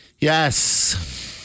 Yes